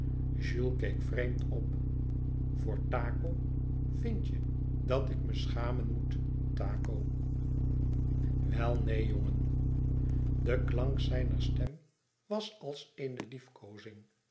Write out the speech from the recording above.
keek vreemd op voor taco vindt je dat ik me schamen moet taco wel neen jongen de klank van zijne stem was als eene liefkoozing